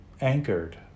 anchored